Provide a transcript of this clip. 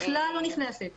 בכלל לא נכנסת לזה,